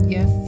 Yes